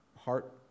heart